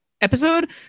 Episode